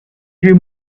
few